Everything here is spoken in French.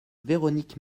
véronique